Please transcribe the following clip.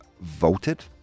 voted